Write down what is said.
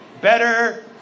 Better